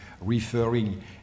referring